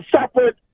separate